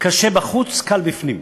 קשה בחוץ, קל בפנים,